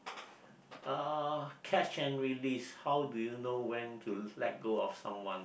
uh catch and release how do you know when to let go of someone